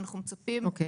אנחנו מצפים מהכנסת,